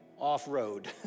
off-road